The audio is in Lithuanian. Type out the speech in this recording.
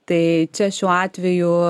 tai čia šiuo atveju